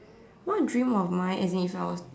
what dream of mine as in if I was